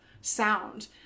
sound